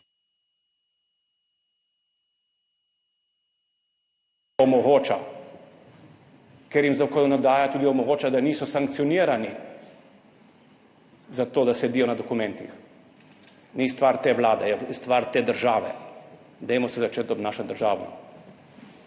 omogoča, ker jim zakonodaja tudi omogoča, da niso sankcionirani za to, da sedijo na dokumentih, ni stvar te vlade, je stvar te države. Začnimo se obnašati državotvorno.